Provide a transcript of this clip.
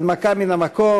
הנמקה מן המקום.